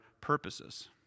purposes